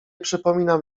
przypominam